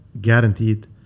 guaranteed